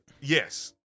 Yes